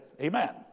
Amen